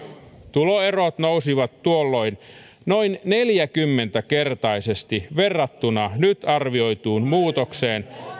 tuloerot nousivat tuolloin noin neljäkymmentäkertaisesti verrattuna nyt arvioituun muutokseen